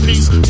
Peace